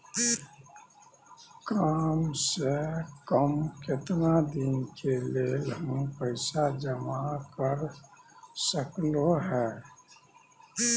काम से कम केतना दिन के लेल हम पैसा जमा कर सकलौं हैं?